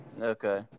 okay